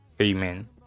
Amen